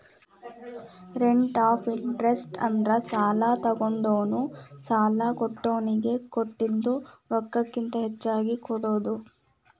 rate of interest ಅಂದ್ರ ಸಾಲಾ ತೊಗೊಂಡೋನು ಸಾಲಾ ಕೊಟ್ಟೋನಿಗಿ ಕೊಟ್ಟಿದ್ ರೊಕ್ಕಕ್ಕಿಂತ ಹೆಚ್ಚಿಗಿ ಕೊಡೋದ್